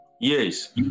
yes